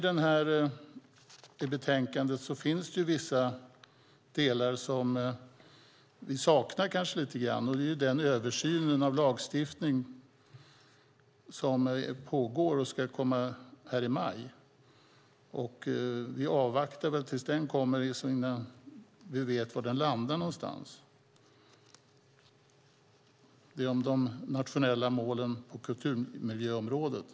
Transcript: Det kanske saknas vissa delar i betänkandet, till exempel den pågående översynen av lagstiftningen som ska läggas fram i maj. Vi avvaktar tills den kommer för att få veta var den landar någonstans i fråga om de nationella målen på kulturmiljöområdet.